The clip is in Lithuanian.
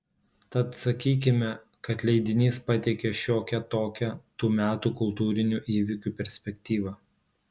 tad sakykime kad leidinys pateikė šiokią tokią tų metų kultūrinių įvykių perspektyvą